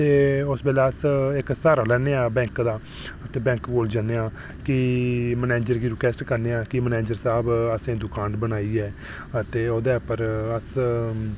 ते उस बेल्लै अस इक्क स्हारा लैने आं बैंक दा ते बैंक कोल जन्ने आं कि मैनेजर गी रिक्वेस्ट करने आं कि मैनेजर साह्ब असें दुकान बनाई ऐ ते ओह्दे पर अस